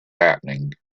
happening